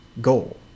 goal